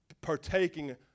partaking